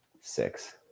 six